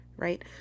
right